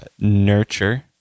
Nurture